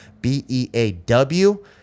B-E-A-W